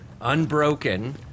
unbroken